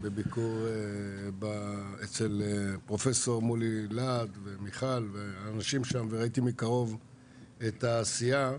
בביקור אצל פרופסור מולי להד ומיכל ואנשים שאני ראיתי מקרוב את העשייה.